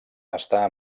està